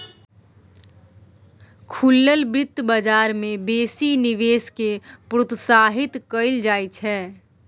खुलल बित्त बजार मे बेसी निवेश केँ प्रोत्साहित कयल जाइत छै